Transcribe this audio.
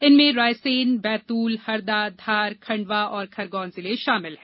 इनमें रायसेन बैतूल हरदाधार खंडवा और खरगोन जिले शामिल है